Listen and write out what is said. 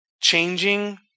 Changing